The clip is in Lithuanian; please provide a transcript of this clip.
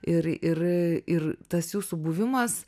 ir ir ir tas jūsų buvimas